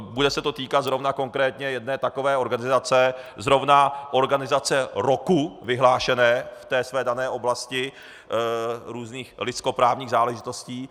Bude se to týkat zrovna konkrétně jedné takové organizace, zrovna organizace roku vyhlášené v té své dané oblasti různých lidskoprávních záležitostí.